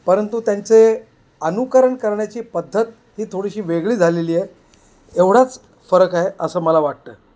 परंतु त्यांचे अनुकरण करण्याची पद्धत ही थोडीशी वेगळी झालेली आहे एवढाच फरक आहे असं मला वाटतं